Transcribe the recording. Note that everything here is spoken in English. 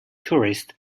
tourists